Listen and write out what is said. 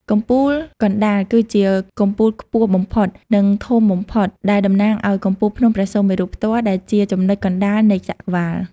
កំពូលកណ្តាល គឺជាកំពូលខ្ពស់បំផុត និងធំបំផុត ដែលតំណាងឲ្យកំពូលភ្នំព្រះសុមេរុផ្ទាល់ ដែលជាចំណុចកណ្តាលនៃចក្រវាឡ។